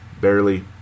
barely